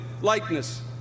likeness